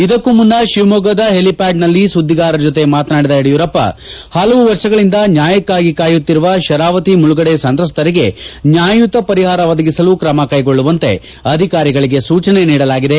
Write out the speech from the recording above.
ಇದಕ್ಕೂ ಮುನ್ನ ಶಿವಮೊಗ್ಗದ ಹೆಲಿಪ್ಟಾಡ್ನಲ್ಲಿ ಸುದ್ದಿಗಾರರ ಜತೆ ಮಾತನಾಡಿದ ಯಡಿಯೂರಪ್ಪ ಪಲವು ವರ್ಷಗಳಿಂದ ನ್ಯಾಯಕ್ಕಾಗಿ ಕಾಯುತ್ತಿರುವ ಶರಾವತಿ ಮುಳುಗಡೆ ಸಂತ್ರಸ್ತರಿಗೆ ನ್ಯಾಯಯುತ ಪರಿಹಾರ ಒದಗಿಸಲು ತ್ರಮ ಕೈಗೊಳ್ಳುವಂತೆ ಅಧಿಕಾರಿಗಳಿಗೆ ಸೂಚನೆ ನೀಡಲಾಗಿದೆ